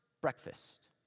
breakfast